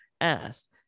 asked